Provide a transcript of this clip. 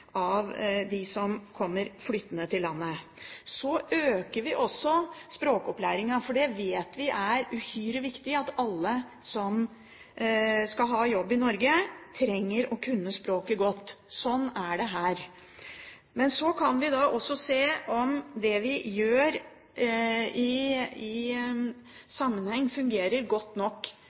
av dem som kommer flyttende til landet. Så øker vi også språkopplæringen. Vi vet det er uhyre viktig at alle som skal ha jobb i Norge, trenger å kunne språket godt. Sånn er det her. Men så kan vi også se på om det vi gjør i sammenheng, alltid fungerer godt nok.